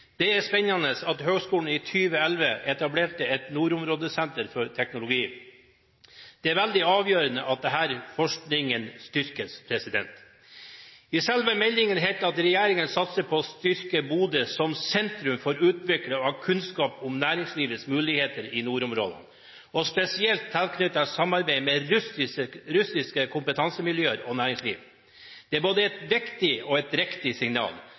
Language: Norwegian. Det er spennende at høgskolen i 2011 etablerte et nordområdesenter for teknologi. Det er veldig avgjørende at denne forskningen styrkes. I selve meldingen heter det: «Regjeringen satser på å styrke Bodø som sentrum for utvikling av kunnskap om næringslivets muligheter i nordområdene, og spesielt tilknyttet samarbeid med russiske kompetansemiljøer og næringsliv.» Det er både et viktig og et riktig signal.